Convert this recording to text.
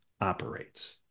operates